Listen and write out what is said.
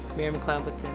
mary mccleod but